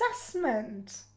assessment